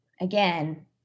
again